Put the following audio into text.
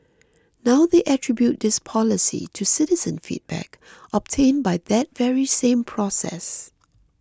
now they attribute this policy to citizen feedback obtained by that very same process